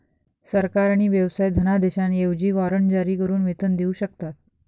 सरकार आणि व्यवसाय धनादेशांऐवजी वॉरंट जारी करून वेतन देऊ शकतात